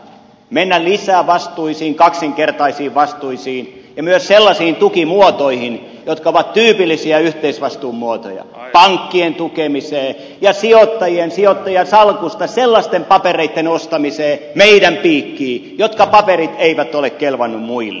menee lisää vastuisiin kaksinkertaisiin vastuisiin ja myös sellaisiin tukimuotoihin jotka ovat tyypillisiä yhteisvastuun muotoja pankkien tukemiseen ja sijoittajien sijoittajasalkusta sellaisten papereitten ostamiseen meidän piikkiin jotka eivät ole kelvanneet muille